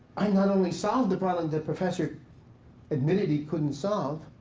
i not only solved the problem the professor admitted he couldn't solve,